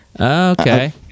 okay